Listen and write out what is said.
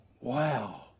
Wow